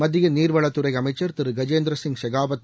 மத்திய நீர்வளத்துறை அமைச்சர் திரு கஜேந்திர சிங் ஷெகாவாத்